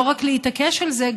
ולא רק להתעקש על זה,